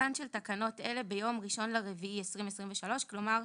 "תחילתן של תקנות אלה ביום 1.4.2023." כלומר,